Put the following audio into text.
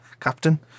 captain